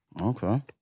Okay